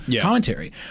commentary